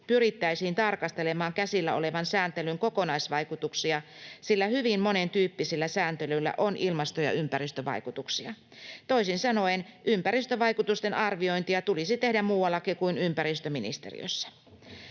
pyrittäisiin tarkastelemaan käsillä olevan sääntelyn kokonaisvaikutuksia, sillä hyvin monentyyppisillä sääntelyillä on ilmasto- ja ympäristövaikutuksia. Toisin sanoen, ympäristövaikutusten arviointia tulisi tehdä muuallakin kuin ympäristöministeriössä.